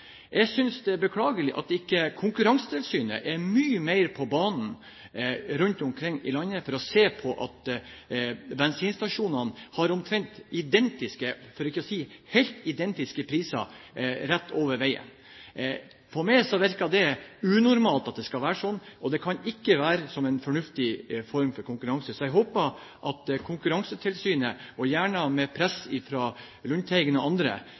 Jeg synes det er beklagelig at ikke Konkurransetilsynet er mye mer på banen for å se på det at bensinstasjoner som ligger rett overfor hverandre, har omtrent identiske priser, for ikke å si helt identiske. For meg virker det unormalt at det skal være sånn, og det kan ikke være noen fornuftig form for konkurranse. Jeg håper at Konkurransetilsynet, gjerne med press fra Lundteigen og andre,